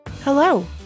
Hello